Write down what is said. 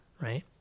right